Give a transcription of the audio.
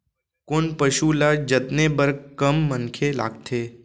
कोन पसु ल जतने बर कम मनखे लागथे?